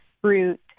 fruit